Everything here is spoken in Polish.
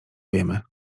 wiemy